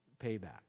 payback